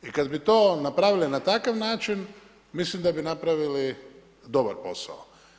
I kada bi to napravili na takav način mislim da bi napravili dobar posao.